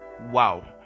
wow